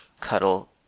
cuddle